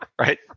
Right